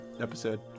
episode